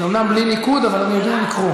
זה אומנם בלי ניקוד, אבל אני יודע לקרוא.